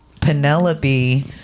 penelope